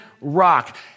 rock